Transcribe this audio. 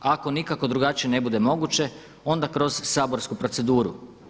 Ako nikako drugačije ne bude moguće onda kroz saborsku proceduru.